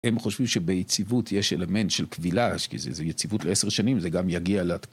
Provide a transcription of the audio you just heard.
הם חושבים שביציבות יש אלמנט של קבילה, כי זו יציבות לעשר שנים, זה גם יגיע ל..